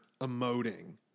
emoting